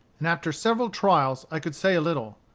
and after several trials i could say a little.